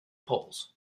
poles